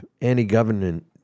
anti-government